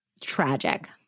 Tragic